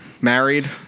Married